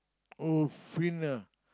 oh free ah